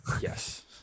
Yes